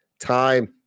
time